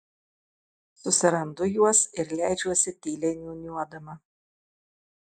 susirandu juos ir leidžiuosi tyliai niūniuodama